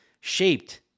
shaped